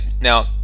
Now